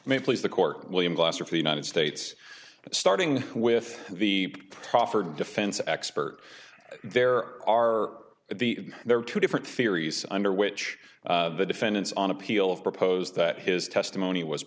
may please the court william glasser of the united states starting with the proffered defense expert there are the there are two different theories under which the defendants on appeal of propose that his testimony was